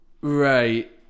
right